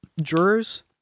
jurors